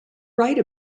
write